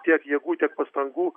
tiek jėgų tiek pastangų